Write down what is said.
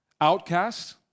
Outcast